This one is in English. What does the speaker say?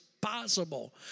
Possible